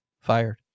fired